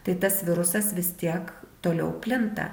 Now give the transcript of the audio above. tai tas virusas vis tiek toliau plinta